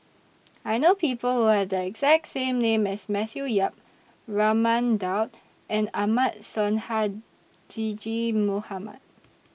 I know People Who Have The exact name as Matthew Yap Raman Daud and Ahmad Sonhadji Mohamad